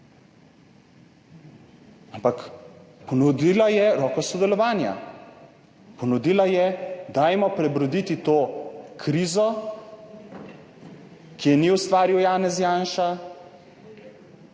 Ampak ponudila je roko sodelovanja, ponudila je, dajmo prebroditi to krizo, ki je ni ustvaril Janez Janša,